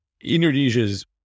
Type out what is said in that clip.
Indonesia's